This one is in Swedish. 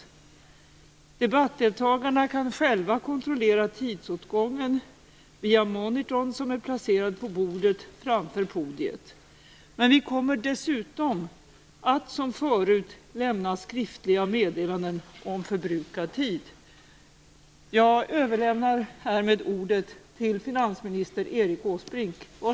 Debattdeltagarna kan själva kontrollera tidsåtgången via monitorn som är placerad på bordet framför podiet. Men vi kommer dessutom att som förut lämna skriftliga meddelanden om förbrukad tid. Jag överlämnar härmed ordet till finansminister